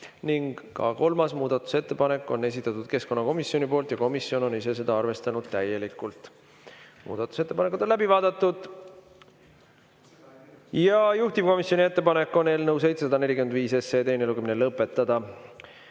Ka kolmas muudatusettepanek on keskkonnakomisjoni esitatud ja komisjon on seda arvestanud täielikult. Muudatusettepanekud on läbi vaadatud. Juhtivkomisjoni ettepanek on eelnõu 745 teine lugemine lõpetada.